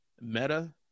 Meta